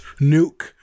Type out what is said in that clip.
nuke